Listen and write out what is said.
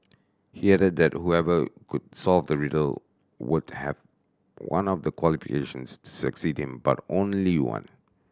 he added that whoever could solve the riddle would have one of the qualifications to succeed him but only one